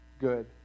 good